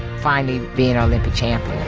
finally be an olympic champion